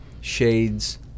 Shades